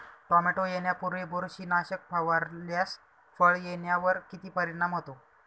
Tomato येण्यापूर्वी बुरशीनाशक फवारल्यास फळ येण्यावर किती परिणाम होतो?